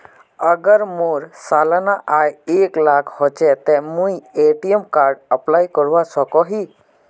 अगर मोर सालाना आय एक लाख होचे ते मुई ए.टी.एम कार्ड अप्लाई करवा सकोहो ही?